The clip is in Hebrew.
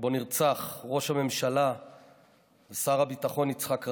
שבו נרצח ראש הממשלה ושר הביטחון יצחק רבין,